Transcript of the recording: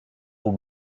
aux